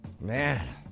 Man